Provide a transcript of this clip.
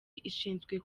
ishinzwe